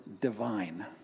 Divine